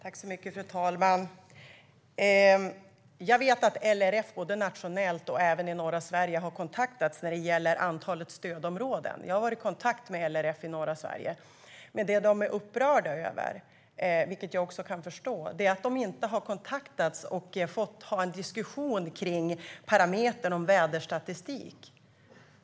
Fru talman! Jag vet att LRF både nationellt och i norra Sverige har kontaktats när det gäller antalet stödområden. Jag har varit i kontakt med LRF i norra Sverige. Det de är upprörda över - vilket jag också kan förstå - är att de inte har kontaktats och fått ha en diskussion om parametern väderstatistik.